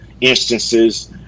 instances